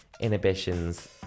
inhibitions